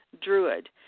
druid